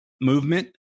movement